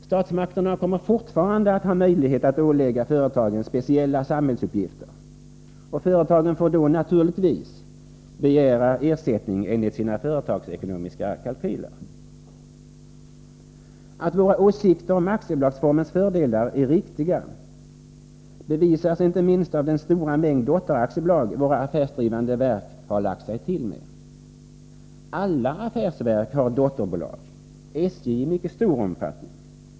Statsmakterna kommer fortfarande att ha möjlighet att ålägga företagen speciella samhällsuppgifter, och företagen får då naturligtvis begära ersättning enligt sina företagsekonomiska kalkyler. Att våra åsikter om aktiebolagsformens fördelar är riktiga bevisas inte minst av den stora mängd dotteraktiebolag som våra affärsdrivande verk har lagt sig till med. Alla affärsverk har dotterbolag, SJ i mycket stor omfattning.